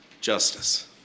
justice